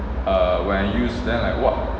err when I use then I !wah!